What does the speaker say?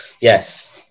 Yes